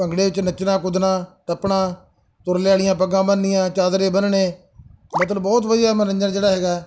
ਭੰਗੜੇ ਵਿੱਚ ਨੱਚਣਾ ਕੁੱਦਣਾ ਟੱਪਣਾ ਤੁਰਲੇ ਵਾਲੀਆਂ ਪੱਗਾਂ ਬੰਨ੍ਹਣੀਆਂ ਚਾਦਰੇ ਬੰਨ੍ਹਣੇ ਮਤਲਬ ਬਹੁਤ ਵਧੀਆ ਮਨੋਰੰਜਨ ਜਿਹੜਾ ਹੈਗਾ